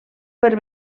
per